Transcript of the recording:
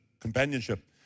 companionship